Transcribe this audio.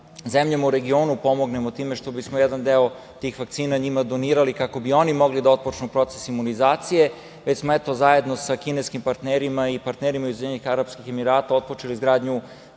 zemljama u regionu pomognemo time što bismo jedan deo tih vakcina njima donirali, kako bi oni mogli da otpočnu proces imunizacije, već smo, eto, zajedno sa kineskim parternima i partnerima iz UAE otpočeli izgradnju